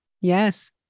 yes